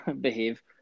behave